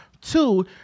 Two